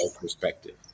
perspective